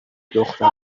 دختر